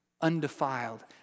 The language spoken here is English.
undefiled